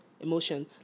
emotion